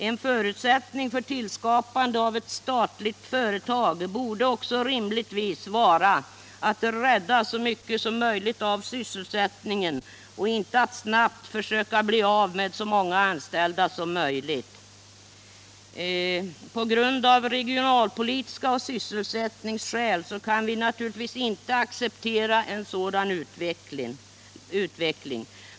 En förutsättning för tillskapande av ett statligt företag borde också rimligtvis vara att rädda så mycket som möjligt av sysselsättningen och inte att snabbt försöka att bli av med så många anställda som möjligt. Av regionalpolitiska skäl och av sysselsättningsskäl kan vi naturligtvis inte acceptera en sådan utveckling.